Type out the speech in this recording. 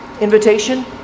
invitation